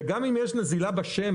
גם אם יש נזילת שמן,